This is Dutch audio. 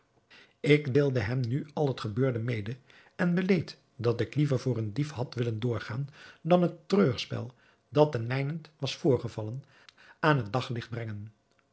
ik deelde hem nu al het gebeurde mede en beleed dat ik liever voor een dief had willen doorgaan dan het treurspel dat ten mijnent was voorgevallen aan het daglicht brengen